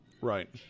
Right